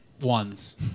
ones